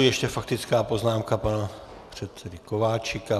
Ještě faktická poznámka pana předsedy Kováčika.